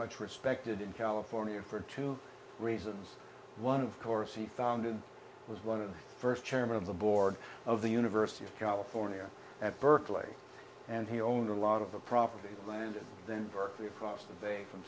much respected in california for two reasons one of course he founded was one of the first chairman of the board of the university of california at berkeley and he owned a lot of the property and then berkeley across the bay from